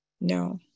No